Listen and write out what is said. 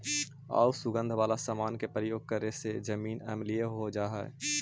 आउ सुगंध वाला समान के प्रयोग करे से जमीन अम्लीय हो जा हई